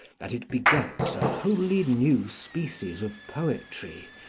that it begets a wholly new species of poetry,